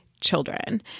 children